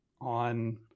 on